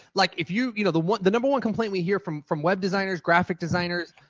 like if you, you know, the one, the number one complaint we hear from from web designers, graphic designers,